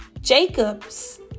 jacobs